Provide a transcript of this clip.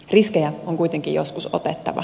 riskejä on kuitenkin joskus otettava